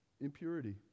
impurity